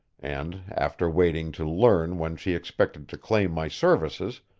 and, after waiting to learn when she expected to claim my services,